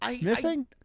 missing